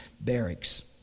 barracks